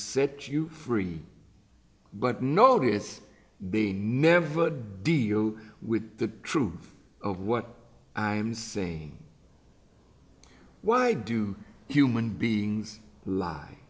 set you free but notice the never deal with the truth of what i am saying why do humans beings lie